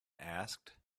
asked